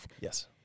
Yes